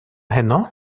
heno